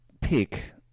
pick